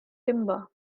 timber